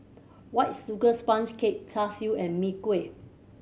White Sugar Sponge Cake Char Siu and Mee Kuah